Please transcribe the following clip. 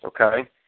okay